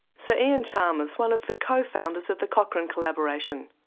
sir iain chalmers, one of the co-founders of the cochrane collaboration.